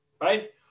right